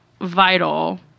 vital